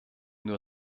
nur